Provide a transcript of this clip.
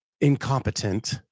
incompetent